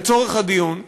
לצורך הדיון,